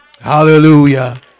hallelujah